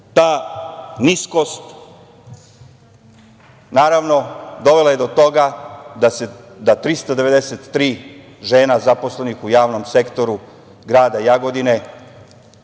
ta niskost, naravno dovela je do toga da 393 žena zaposlenih u javnom sektoru grada Jagodine